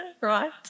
Right